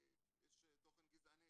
יש תוכן גזעני,